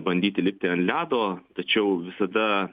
bandyti lipti ant ledo tačiau visada